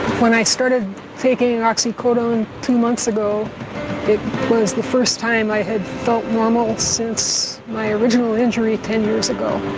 when i started taking oxycodone two months ago it was the first time i had felt normal since my original injury ten years ago.